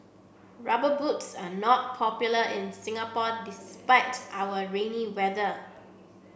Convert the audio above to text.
rubber boots are not popular in Singapore despite our rainy weather